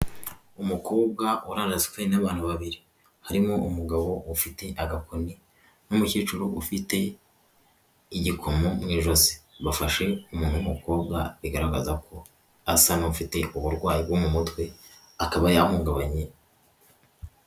Umukobwa urandaswe n'abantu babiri, harimo umugabo ufite agakoni n'umukecuru ufite igikomo mu ijosi, bafashe umuntu w'umukobwa bigaragaza ko asa n'ufite uburwayi bwo mu mutwe, akaba yahungabanye.